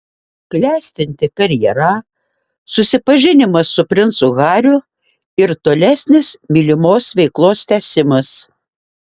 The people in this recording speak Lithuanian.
klestinti karjera susipažinimas su princu hariu ir tolesnis mylimos veiklos tęsimas